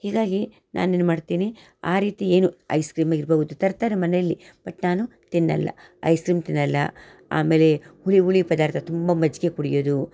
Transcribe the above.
ಹೀಗಾಗಿ ನಾನು ಏನು ಮಾಡ್ತೀನಿ ಆ ರೀತಿ ಏನು ಐಸ್ಕ್ರೀಮ್ ಇರಬಹ್ದು ತರ್ತಾರೆ ಮನೆಯಲ್ಲಿ ಬಟ್ ನಾನು ತಿನ್ನೋಲ್ಲ ಐಸ್ಕ್ರೀಮ್ ತಿನ್ನೋಲ್ಲ ಆಮೇಲೆ ಹುಳಿ ಹುಳಿ ಪದಾರ್ಥ ತುಂಬ ಮಜ್ಜಿಗೆ ಕುಡ್ಯೋದು